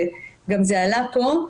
זה גם עלה פה,